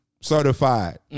certified